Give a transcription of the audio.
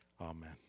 Amen